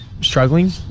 struggling